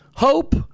Hope